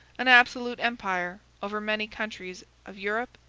an absolute empire over many countries of europe,